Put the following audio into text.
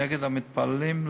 נגד המתפללים,